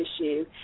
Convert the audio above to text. issue